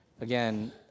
Again